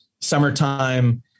summertime